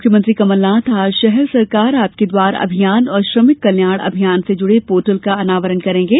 मुख्यमंत्री कमलनाथ आज शहर सरकार आपके द्वार अभियान और श्रमिक कल्याण अभियान से जुड़े पोर्टल का अनावरण करेंगे